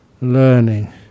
learning